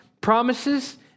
promises